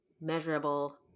measurable